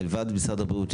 מלבד למשרד הבריאות,